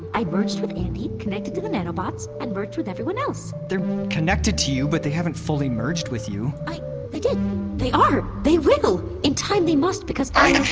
i merged with andi connected to the nanobots, and merged with everyone else they're connected to you, but they haven't fully merged with you i they did they are they will! in time they must because i